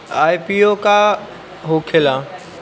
IPO का होखेला?